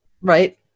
Right